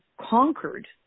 conquered